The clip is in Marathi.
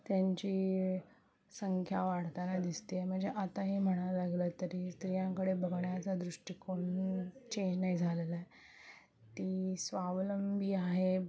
त्यांची संख्या वाढताना दिसते आहे म्हणजे आता हे म्हणा लागलं तरी स्त्रियांकडे बघण्याचा दृष्टिकोन चेंज नाही झालेलं आहे ती स्वावलंबी आहे